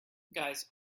guys